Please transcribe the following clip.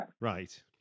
right